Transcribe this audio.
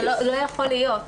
לא יכול להיות.